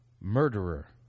murderer